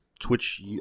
twitch